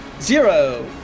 Zero